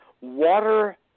water